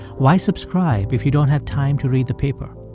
why subscribe if you don't have time to read the paper,